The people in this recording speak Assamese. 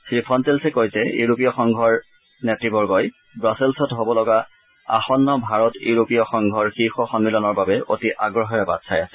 শ্ৰীফনটেলছে কয় যে ইউৰোপীয় সংঘৰ নেত়বগই ৱাছেলত হ'ব লগা আসন্ন ভাৰত ইউৰোপীয় সংঘৰ শীৰ্য সন্মিলনৰ বাবে অতি আগ্ৰহেৰে বাট চাই আছে